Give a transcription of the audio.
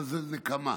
אבל זאת נקמה.